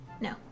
No